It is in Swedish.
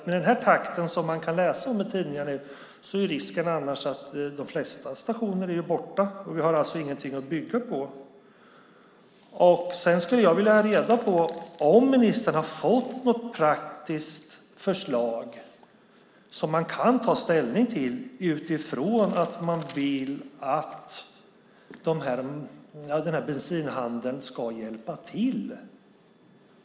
Med den takt som man kan läsa om i tidningarna är risken annars att de flesta stationer är borta och vi alltså inte har någonting att bygga på. Sedan skulle jag vilja ha reda på om ministern har fått något praktiskt förslag som man kan ta ställning till utifrån att man vill att bensinhandeln ska hjälpa till.